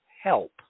help